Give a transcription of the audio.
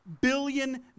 billion